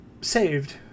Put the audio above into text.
saved